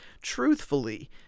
truthfully